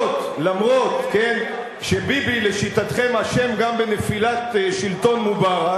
אף שביבי לשיטתכם אשם גם בנפילת שלטון מובארק